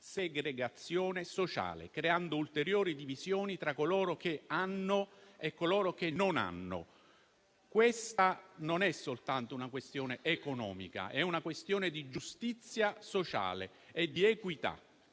segregazione sociale, creando ulteriori divisioni tra coloro che hanno e coloro che non hanno. Questa non è soltanto una questione economica, ma di giustizia sociale e di equità.